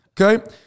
Okay